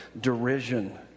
derision